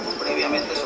previamente